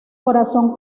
corazón